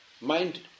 Mind